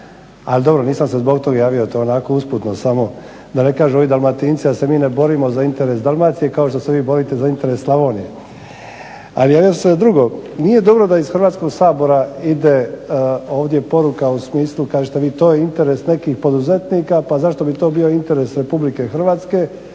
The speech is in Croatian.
ali dobro nisam se zbog tog javio, to onako usputno samo da ne kažu ovi Dalmatinci da se mi ne borimo za interes Dalmacije kao što se vi borite za interes Slavonije. Ali nešto drugo, nije dobro da iz Hrvatskog sabora ide ovdje poruka u smislu, kažete vi to je interes poduzetnika pa zašto bi to bio interes Republike Hrvatske.